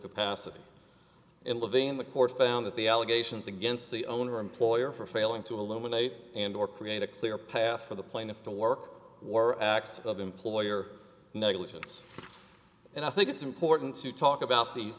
capacity and living in the court found that the allegations against the owner employer for failing to eliminate and or create a clear path for the plaintiff to work were acts of employer negligence and i think it's important to talk about these